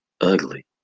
Ugly